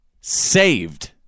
saved